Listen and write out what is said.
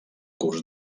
curs